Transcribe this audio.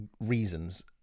reasons